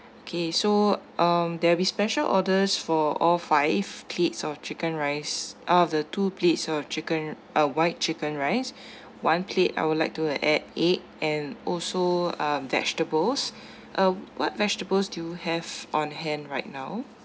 okay so um there'll be special orders for all five plates of chicken rice out of the two plates of the chicken uh white chicken rice one plate I would like to add add egg and also uh vegetables uh what vegetables do you have on hand right now